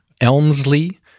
Elmsley